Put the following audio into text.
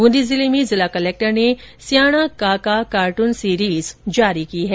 ब्रंदी जिले में जिला कलेक्टर ने स्याणा काका कार्टून सीरिज जारी की है